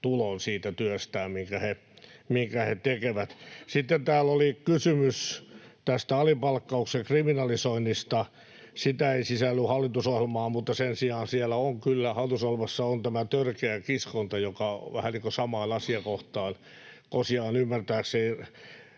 tulon siitä työstään, minkä he tekevät. Sitten täällä oli kysymys tästä alipalkkauksen kriminalisoinnista. Sitä ei sisälly hallitusohjelmaan, mutta sen sijaan siellä hallitusohjelmassa on tämä törkeä kiskonta, joka vähän niin kuin samaan asiakohtaan ymmärtääkseni